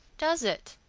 does it?